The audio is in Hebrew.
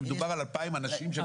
כי מדובר על 2,000 אנשים.